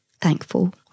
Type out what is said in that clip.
thankful